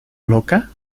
loca